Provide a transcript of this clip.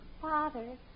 Father